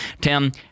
Tim